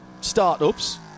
startups